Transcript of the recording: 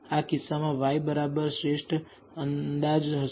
આ કિસ્સામાં y બાર શ્રેષ્ઠ અંદાજ હશે